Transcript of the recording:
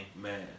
Man